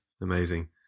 Amazing